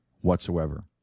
whatsoever